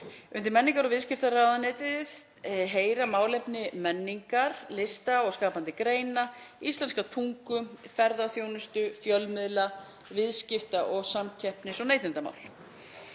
Undir menningar- og viðskiptaráðuneytið heyra málefni menningar, lista og skapandi greina, íslenskrar tungu, ferðaþjónustu, fjölmiðla, viðskipta og samkeppnis- og neytendamál.